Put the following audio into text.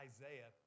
Isaiah